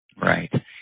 Right